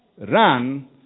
Run